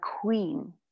queen